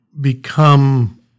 become